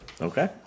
Okay